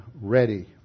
ready